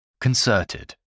Concerted